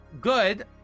Good